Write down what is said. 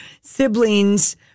siblings